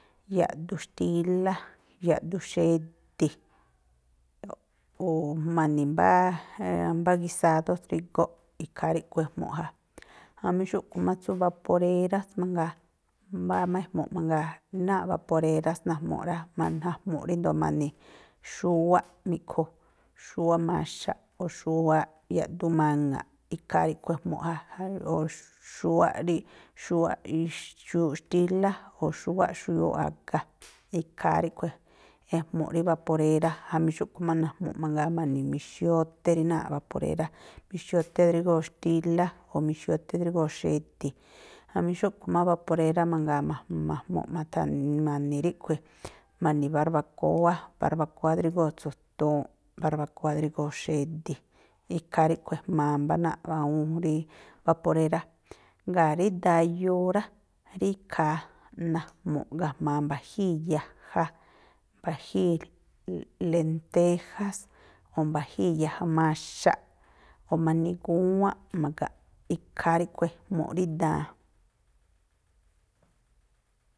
Yaꞌdun xtílá, yaꞌduun xedi̱, o̱ ma̱ni̱ mbá mbá gisádó drígóꞌ, ikhaa ríꞌkhui̱ ejmu̱ꞌ ja, jamí xúꞌkhui̱ má tsú baporérás mangaa, mbá má ejmu̱ꞌ mangaa. Náa̱ꞌ baporérás naꞌjmu̱ꞌ rá, ma̱najmu̱ꞌ ríndo̱o ma̱ni̱ xúwáꞌ miꞌkhu, xúwáꞌ maxaꞌ, o̱ xúwáꞌ yaꞌduun maŋa̱ꞌ, ikhaa ríꞌkhui̱ ejmu̱ꞌ ja. o̱ xúwáꞌ rí xuyuuꞌ xtílá, o̱ xúwáꞌ xuyuuꞌ a̱ga, ikhaa ríꞌkhui̱ ejmu̱ꞌ rí baporérá, jamí xúꞌkhui̱ má najmu̱ꞌ mangaa ma̱ni̱ mixióté rí náa̱ꞌ baporérá, mixióté drígóo̱ xtílá, o̱ mixióté drígóo̱ xedi̱. Jamí xúꞌkhui̱ má baporérá mangaa ma̱j ma̱jmuꞌ ma̱tha̱n ma̱ni̱ ríꞌkhui̱, ma̱ni̱ barbakóá, barbakóá drígoo̱ tsu̱tuunꞌ, barbakóá drígóo̱ xedi̱. Ikhaa ríꞌkhui̱ ejmaa mbá náa̱ꞌ awúún rí baporérá. Jngáa̱ rí daan yoo rá, rí ikhaa najmu̱ꞌ ga̱jma̱a mba̱jíi̱ yaja, mba̱jíi̱ lentéjás, o̱ mba̱jíi̱ yaja maxaꞌ, o̱ ma̱ni̱ gúwánꞌ ma̱ga̱nꞌ. Ikhaa ríꞌkhui̱ ejmu̱ꞌ rí daan.